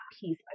piece